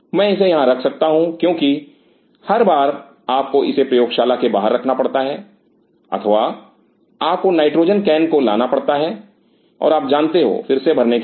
मैं इसे यहां रख सकता हूं क्योंकि हर बार आपको इसे प्रयोगशाला के बाहर रखना पड़ता है अथवा आपको नाइट्रोजन कैन को लाना पड़ता है और आप जानते हो फिर से भरने के लिए